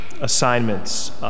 assignments